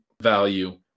value